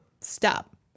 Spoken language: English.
Stop